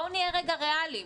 בואו נהיה רגע ריאליים.